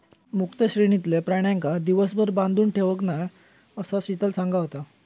मुक्त श्रेणीतलय प्राण्यांका दिवसभर बांधून ठेवत नाय, असा शीतल सांगा होता